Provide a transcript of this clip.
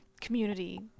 community